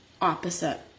opposite